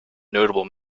notable